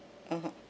(uh huh)